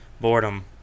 boredom